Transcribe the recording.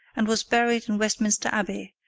and was buried in westminster abbey,